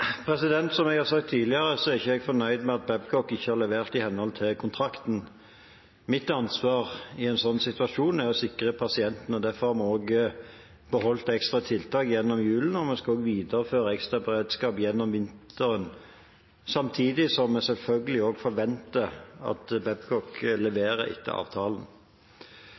Som jeg har sagt tidligere, er jeg ikke fornøyd med at Babcock ikke har levert i henhold til kontrakten. Mitt ansvar i en slik situasjon er å sikre pasientene. Derfor har vi beholdt ekstra tiltak gjennom julen, og vi skal også videreføre ekstra beredskap gjennom vinteren, samtidig som vi selvfølgelig forventer at Babcock leverer etter avtalen.